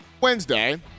Wednesday